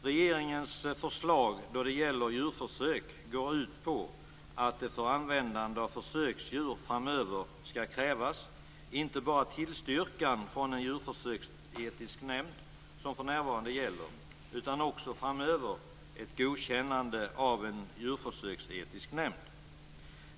Regeringens förslag då det gäller djurförsök går ut på att det för användande av försöksdjur framöver skall krävas inte bara tillstyrkan från en djurförsöksetisk nämnd, vilket för närvarande gäller, utan också ett godkännande av en djurförsöksetisk nämnd.